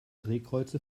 drehkreuze